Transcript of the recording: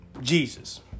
Jesus